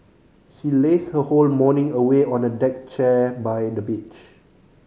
she lazed her whole morning away on a deck chair by the beach